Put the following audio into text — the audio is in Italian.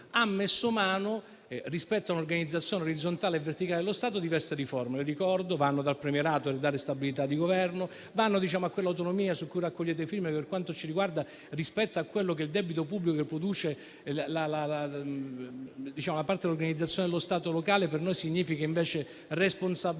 mettesse mano, rispetto ad un'organizzazione orizzontale e verticale dello Stato, a diverse riforme: da quella sul premierato per dare stabilità di Governo a quella sull'autonomia, su cui raccogliete le firme. Per quanto ci riguarda, rispetto a quello che in termini di debito pubblico produce quella parte dell'organizzazione dello Stato locale per noi significa invece responsabilità